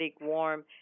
warm